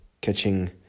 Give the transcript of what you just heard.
catching